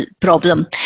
problem